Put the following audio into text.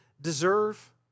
deserve